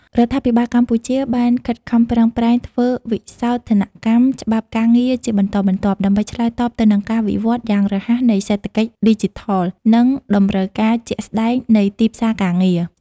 រដ្ឋាភិបាលកម្ពុជាបានខិតខំប្រឹងប្រែងធ្វើវិសោធនកម្មច្បាប់ការងារជាបន្តបន្ទាប់ ដើម្បីឆ្លើយតបទៅនឹងការវិវត្តយ៉ាងរហ័សនៃសេដ្ឋកិច្ចឌីជីថល និងតម្រូវការជាក់ស្តែងនៃទីផ្សារការងារ។